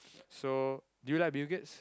so do you like Bill-Gates